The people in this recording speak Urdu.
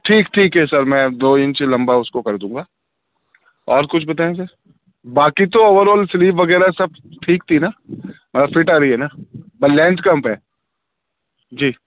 ٹھیک ٹھیک ہے سر میں دو انچ لمبا اُس کو کردوں گا اور کچھ بتائیں سر باقی تو اوور آل سلیپ وغیرہ سب ٹھیک تھی نا فٹ آ رہی ہے نا بس لینتھ کم ہے جی